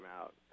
out